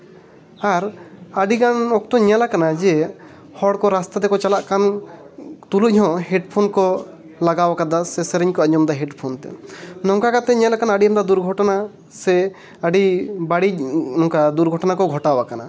ᱟᱨ ᱟᱹᱰᱤᱜᱟᱱ ᱚᱠᱛᱚ ᱧᱮᱞᱟᱠᱟᱱᱟ ᱡᱮ ᱦᱚᱲ ᱠᱚ ᱨᱟᱥᱛᱟ ᱛᱮᱠᱚ ᱪᱟᱞᱟᱜ ᱠᱟᱱ ᱛᱩᱞᱩᱡ ᱦᱚᱸ ᱦᱮᱹᱰᱯᱷᱳᱱ ᱠᱚ ᱞᱟᱜᱟᱣ ᱠᱟᱫᱟ ᱥᱮ ᱥᱮᱨᱮᱧ ᱠᱚ ᱟᱸᱡᱚᱢᱮᱫᱟ ᱦᱮᱸᱰᱯᱷᱳᱱᱛᱮ ᱱᱚᱝᱠᱟ ᱠᱟᱛᱮ ᱧᱮᱞᱟᱠᱟᱱᱟ ᱟᱹᱰᱤ ᱟᱢᱫᱟ ᱫᱩᱨᱜᱷᱚᱴᱚᱱᱟ ᱥᱮ ᱟᱹᱰᱤ ᱵᱟᱹᱲᱤᱡ ᱱᱚᱝᱠᱟ ᱫᱩᱨᱜᱷᱚᱴᱚᱱᱟ ᱠᱚ ᱜᱷᱚᱴᱟᱣᱟᱠᱟᱱᱟ